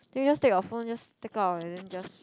then you just take your phone just take out and then just